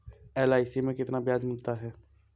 LIC में कितना ब्याज मिलता है?